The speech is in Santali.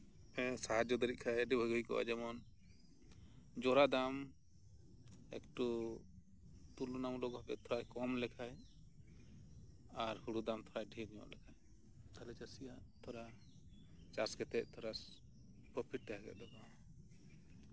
ᱥᱟᱦᱟᱡᱡᱚ ᱫᱟᱲᱮᱭᱟᱜ ᱠᱷᱟᱱ ᱟᱹᱰᱤ ᱵᱷᱟᱹᱜᱮ ᱦᱩᱭ ᱠᱚᱜᱼᱟ ᱡᱮᱢᱚᱱ ᱡᱚᱨᱟ ᱫᱟᱢ ᱮᱠᱴᱩ ᱛᱩᱞᱚᱱᱟ ᱢᱩᱞᱚᱠ ᱵᱷᱟᱵᱮ ᱛᱷᱚᱲᱟᱭ ᱠᱚᱢ ᱞᱮᱠᱷᱟᱱ ᱟᱨ ᱦᱩᱲᱩ ᱫᱟᱢ ᱛᱷᱚᱲᱟᱭ ᱰᱷᱮᱹᱨ ᱞᱮᱠᱷᱟᱱ ᱛᱟᱦᱚᱞᱮ ᱪᱟᱹᱥᱤᱭᱟᱜ ᱛᱷᱚᱲᱟ ᱪᱟᱥ ᱠᱟᱛᱮᱜ ᱯᱨᱚᱯᱷᱤᱴ ᱛᱟᱸᱦᱮ ᱠᱚᱜ ᱛᱟᱠᱚᱣᱟ